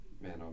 man